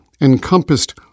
encompassed